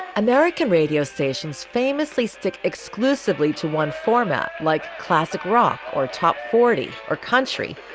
american radio stations famously stick exclusively to one format like classic rock or top forty or country,